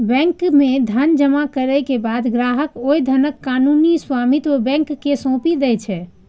bank मे धन जमा करै के बाद ग्राहक ओइ धनक कानूनी स्वामित्व बैंक कें सौंपि दै छै